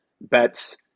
bets